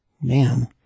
Man